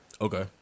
Okay